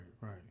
right